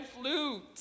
flute